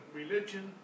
religion